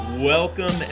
Welcome